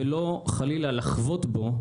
ולא, חלילה, לחבוט בו,